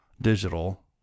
digital